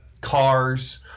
Cars